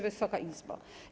Wysoka Izbo!